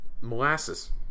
molasses